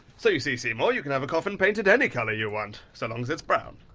so, you see, seymour, you can have a coffin painted any colour you want, so long as it's brown.